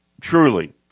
truly